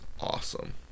awesome